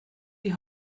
die